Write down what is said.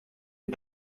est